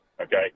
Okay